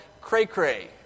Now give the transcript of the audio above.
cray-cray